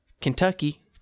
Kentucky